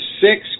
six